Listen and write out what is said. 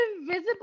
invisible